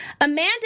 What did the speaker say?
Amanda